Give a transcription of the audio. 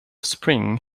spring